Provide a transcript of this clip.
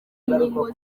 inkingo